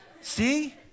See